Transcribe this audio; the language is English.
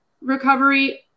recovery